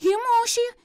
į mūšį